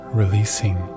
Releasing